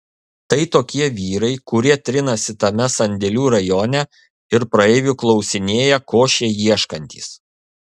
tai tokie vyrai kurie trinasi tame sandėlių rajone ir praeivių klausinėja ko šie ieškantys